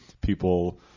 People